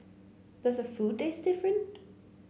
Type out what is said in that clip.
does her food taste different